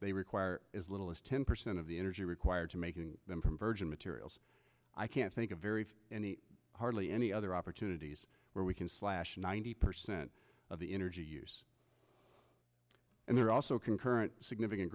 they require as little as ten percent of the energy required to make them from virgin materials i can't think of very hardly any other opportunities where we can slash ninety percent of the energy use and there are also concurrent significant